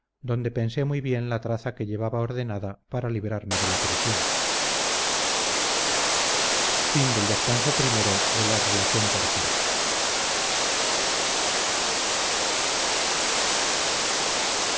donde pensé muy bien la traza que llevaba ordenada para librarme de la prisión